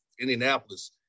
Indianapolis